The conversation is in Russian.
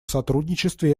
сотрудничестве